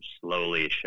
slowly